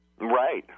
Right